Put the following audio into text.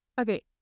Okay